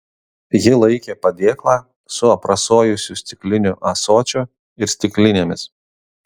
ji laikė padėklą su aprasojusiu stikliniu ąsočiu ir stiklinėmis